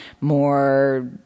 more